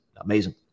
amazing